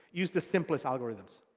use the simplest algorithms.